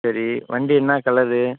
சரி வண்டி என்ன கலரு